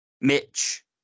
Mitch